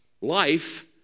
life